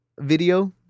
video